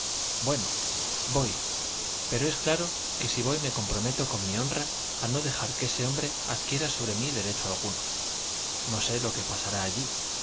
bueno voy pero es claro que si voy me comprometo con mi honra a no dejar que ese hombre adquiera sobre mí derecho alguno no sé lo que pasará allí